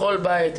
לכל בית,